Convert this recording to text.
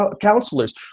counselors